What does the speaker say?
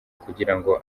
kugirango